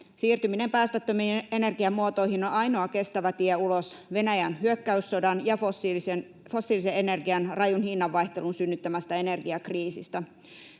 Siirtyminen päästöttömiin energiamuotoihin on ainoa kestävä tie ulos Venäjän hyökkäyssodan ja fossiilisen energian rajun hinnanvaihtelun synnyttämästä energiakriisistä.